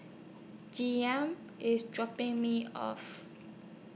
IS dropping Me off